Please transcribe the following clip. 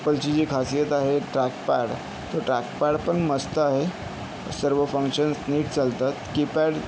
ॲपलची जी खासियत आहे ट्रॅकपॅड तो ट्रॅकपॅडपण मस्त आहे सर्व फंक्शन्स नीट चालतातं की पॅड